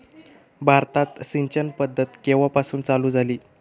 भारतात सिंचन पद्धत केवापासून चालू झाली?